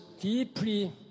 deeply